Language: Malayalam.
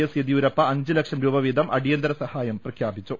എസ് യെദ്യൂരപ്പ അഞ്ച് ലക്ഷം രൂപ വീതം അടിയന്തര സഹായം പ്രഖ്യാപിച്ചു